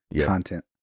content